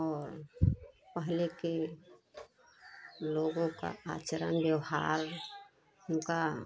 और पहले के लोगों का आचरण व्यवहार उनका